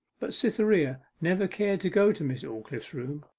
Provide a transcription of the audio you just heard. but cytherea never cared to go to miss aldclyffe's room,